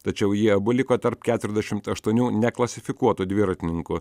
tačiau jie abu liko tarp keturiasdešimt aštuonių neklasifikuotų dviratininkų